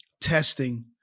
testing